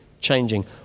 changing